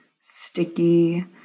sticky